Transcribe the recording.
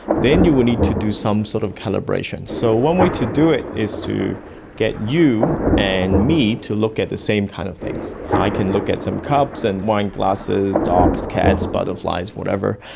then you will need to do some kind sort of calibration. so one way to do it is to get you and me to look at the same kind of things. i can look at some cups and wineglasses, dogs, cats, butterflies, whatever,